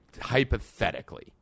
hypothetically